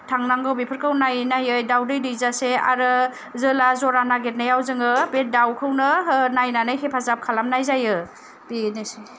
थांनांगौ बेफोरखौ नायै नायै दाउदै दैजासे आरो जोला जरा नागिरनायाव जोङो बे दाउखौनो हो नायनानै हेफाजाब खालामनाय जायो बेनोसै